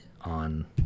on